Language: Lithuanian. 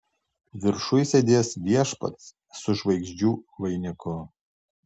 viršuj sėdės viešpats su žvaigždžių vainiku